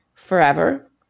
forever